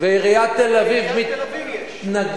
לעיריית תל-אביב יש.